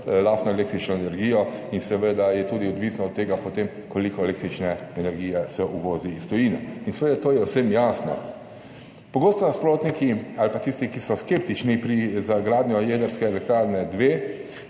lastno električno energijo. Seveda je potem tudi odvisno od tega, koliko električne energije se uvozi iz tujine. To je vsem jasno. Pogosto nasprotniki ali pa tisti, ki so skeptični glede gradnje jedrske elektrarne